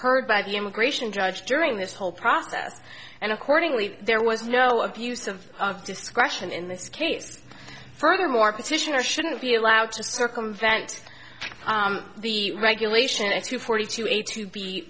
heard by the immigration judge during this whole process and accordingly there was no abuse of discretion in this case furthermore petitioner shouldn't be allowed to circumvent the regulation at two forty two a to b